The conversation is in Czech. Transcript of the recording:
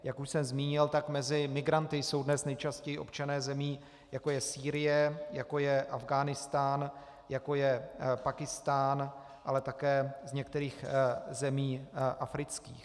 Jak už jsem zmínil, tak mezi migranty jsou dnes nejčastěji občané zemí, jako je Sýrie, jako je Afghánistán, jako je Pákistán, ale také z některých zemí afrických.